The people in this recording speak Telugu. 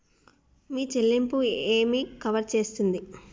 మీ చెల్లింపు ఏమి కవర్ చేస్తుంది?